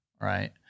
right